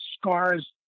scars